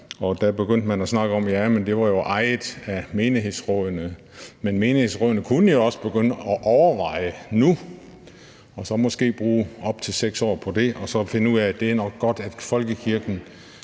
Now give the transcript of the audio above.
og så begyndte man at snakke om, at det jo var ejet af menighedsrådene. Men menighedsrådene kunne jo også begynde at overveje det nu og så måske bruge op til 6 år på det for så at finde ud af, at det nok er godt, at folkekirken